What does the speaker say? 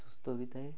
ସୁସ୍ଥ ବି ଥାଏ